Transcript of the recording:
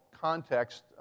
context